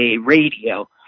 Radio